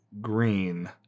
green